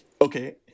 Okay